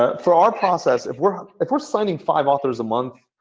ah for our process, if we're if we're signing five authors a month,